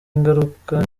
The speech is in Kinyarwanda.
ingaruka